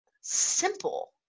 simple